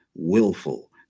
Willful